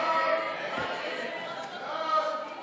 ההצעה להעביר את הצעת חוק סדר הדין הפלילי (סמכויות אכיפה,